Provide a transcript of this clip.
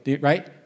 right